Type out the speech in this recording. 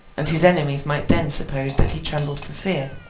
and his enemies might then suppose that he trembled for fear.